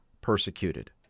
persecuted